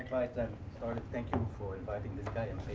thank sort of thank you for inviting this guy and